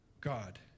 God